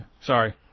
sorry